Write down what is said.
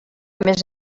més